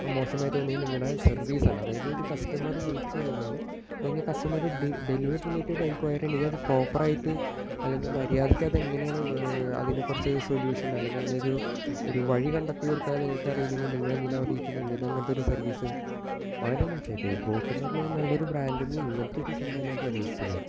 മോശമായി തോന്നിയത് നിങ്ങളുടെ സർവീസാണ് അതായത് ഒരു കസ്റ്റമറ് വിളിച്ചു കഴിഞ്ഞാല് അല്ലങ്കിൽ കസ്റ്റമറ് ഡെലിവറി റിലേറ്റഡ് എൻക്വയറി ഉണ്ടെങ്കിൽ അത് പ്രോപ്പറായിട്ട് അല്ലെങ്കിൽ മര്യാദയ്ക്ക് എങ്ങനെയാണ് അതിനെക്കുറിച്ച് സൊലൂഷൻ അല്ലെങ്കിൽ അതിനൊരു ഒരു വഴി കണ്ടെത്തി കൊടുക്കാൻ നിങ്ങൾക്ക് അറിയില്ലെങ്കിൽ നിങ്ങളെന്തിനാണ് അവിടെ ഇരിക്കുന്നത് എന്തിനാണ് അങ്ങനത്തൊരു ഒരു സർവീസ് വളരെ മോശമായിപ്പോയി ബോട്ട് എന്ന് പറയുന്ന നല്ലൊരു ബ്രാൻറ്റിൽ നിന്ന് ഇങ്ങനത്തെ ഒരു സംഭവം ഞാൻ പ്രതീക്ഷിച്ചില്ല